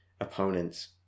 opponents